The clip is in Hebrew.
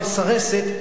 המסרסת,